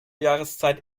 jahreszeit